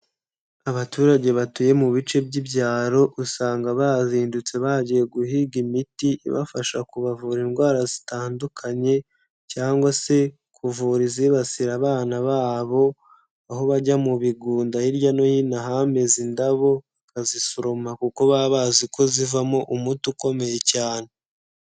Abaturage batuye mu bice by'ibyaro usanga bazindutse bagiye guhiga imiti ibafasha kubavura indwara zitandukanye, cyangwa se kuvura izibasira abana babo, aho bajya mu bigunda hirya no hino ahameze indabo bakazisoroma kuko baba bazi ko zivamo umuti ukomeye cyane.